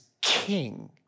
king